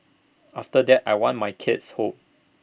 after that I want my kids home